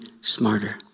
smarter